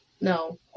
no